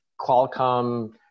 Qualcomm